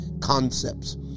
concepts